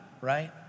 right